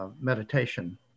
meditation